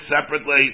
separately